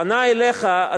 פנה אליך,